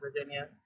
Virginia